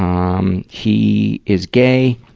um he is gay,